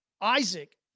Isaac